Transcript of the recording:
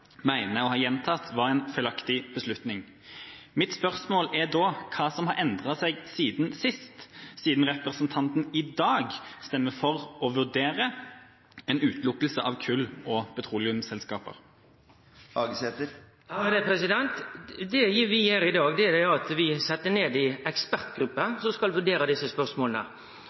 mener og har gjentatt, er en feilaktig beslutning. Mitt spørsmål er: Hva er det som har endret seg siden sist, siden representanten i dag stemmer for å vurdere en utelukkelse av kull og petroleumsselskaper? Det vi gjer i dag, er at vi set ned ei ekspertgruppe som skal vurdere